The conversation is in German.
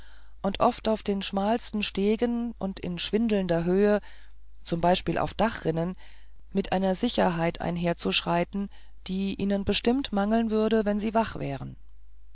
und oft auf den schmalsten stegen und in schwindelnder höhe zum beispiel auf dachrinnen mit einer sicherheit einherzuschreiten die ihnen bestimmt mangeln würde wenn sie wach wären